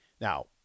now